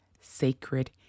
sacred